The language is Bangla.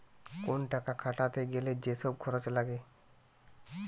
কোন টাকা খাটাতে গ্যালে যে সব খরচ লাগে